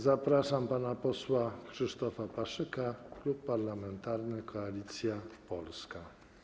Zapraszam pana posła Krzysztofa Paszyka, Klub Parlamentarny Koalicja Polska.